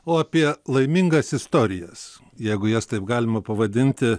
o apie laimingas istorijas jeigu jas taip galima pavadinti